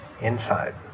inside